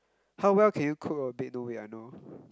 how well can you cook or bake no wait i know